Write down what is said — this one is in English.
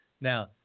Now